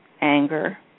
anger